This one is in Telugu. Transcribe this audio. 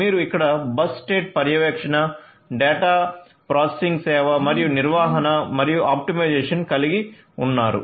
మీరు ఇక్కడ బస్ స్టేట్ పర్యవేక్షణ డేటా ప్రాసెసింగ్ సేవ మరియు నిర్వహణ మరియు ఆప్టిమైజేషన్ కలిగి ఉన్నారు